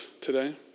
today